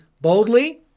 boldly